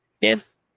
Yes